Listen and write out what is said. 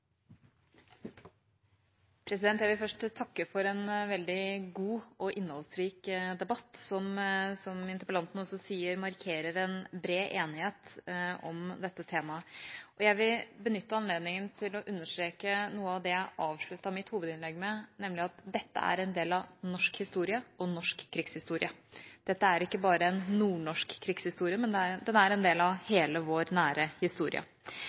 Jeg vil først takke for en veldig god og innholdsrik debatt. Som interpellanten også sier, markerer den en bred enighet om dette temaet. Jeg vil benytte anledningen til å understreke noe av det jeg avsluttet mitt hovedinnlegg med, nemlig at dette er en del av norsk historie og norsk krigshistorie – dette er ikke bare en nordnorsk krigshistorie, men det er en del av hele vår nære historie.